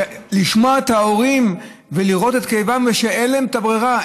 לשמוע את ההורים ולראות את כאבם ושאין להם ברירה.